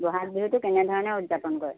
বহাগ বিহু কেনেধৰণে উদযাপন কৰে